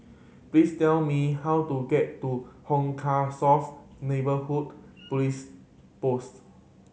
please tell me how to get to Hong Kah South Neighbourhood Police Post